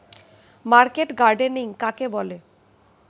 Market gardening কাকে বলে?